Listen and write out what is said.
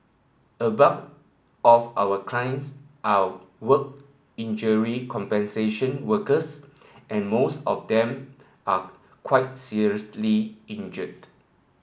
a bulk of our clients are work injury compensation workers and most of them are quite seriously injured